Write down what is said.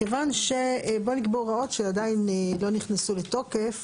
כיוון שבו נקבעו הוראות שעדיין לא נכנסו לתוקף